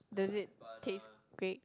does it taste great